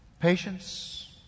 Patience